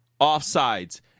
offsides